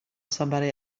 somebody